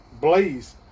Blaze